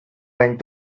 went